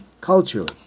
culturally